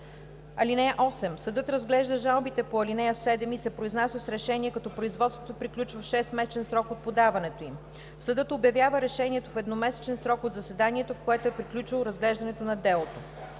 (8) Съдът разглежда жалбите по ал. 7 и се произнася с решение, като производството приключва в 6-месечен срок от подаването им. Съдът обявява решението в едномесечен срок от заседанието, в което е приключило разглеждането на делото.“